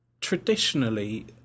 traditionally